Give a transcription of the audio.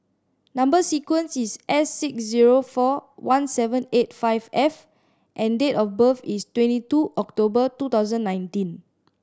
number sequence is S six zero four one seven eight five F and date of birth is twenty two October two thousand nineteen